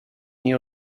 new